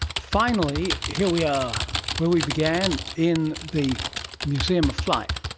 finally, here we are where we began, in the museum of flight.